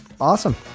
Awesome